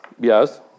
Yes